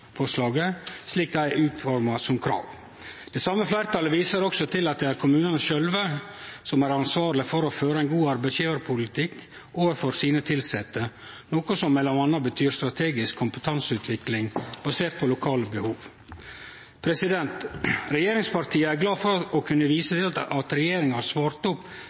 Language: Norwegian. utforma som krav. Det same fleirtalet viser også til at det er kommunane sjølve som er ansvarlege for å føre ein god arbeidsgjevarpolitikk overfor sine tilsette, noko som m.a. betyr strategisk kompetanseutvikling basert på lokale behov. Regjeringspartia er glade for å kunne vise til at regjeringa har svart